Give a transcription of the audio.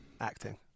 acting